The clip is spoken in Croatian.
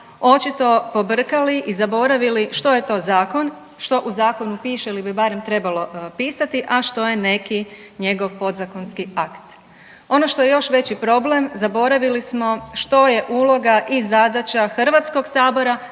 očito pobrkali i zaboravili što je to zakon, što u zakonu piše ili bi barem trebalo pisati, a što je neki njegov podzakonski akt. Ono što je još veći problem, zaboravili smo što je uloga i zadaća HS-a kao